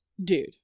Dude